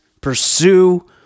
pursue